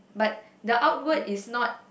but the outward is not